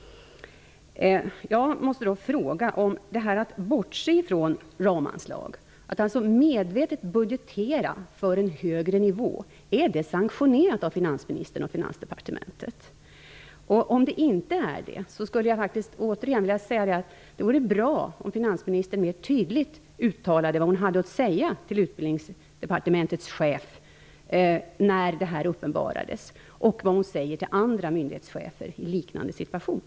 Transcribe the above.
Jag måste fråga: Att bortse från ramanslag och medvetet budgetera för en högre nivå, är det sanktionerat av finansministern och Finansdepartementet? Om det inte är det skulle jag faktiskt återigen vilja säga att det vore bra om finansministern mer tydligt uttalade det hon hade att säga till Utbildningsdepartementets chef när detta uppenbarades och vad hon säger till andra myndighetschefer i liknande situationer.